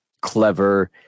clever